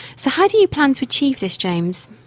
so how do you plan to achieve this, james?